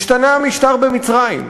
השתנה המשטר במצרים,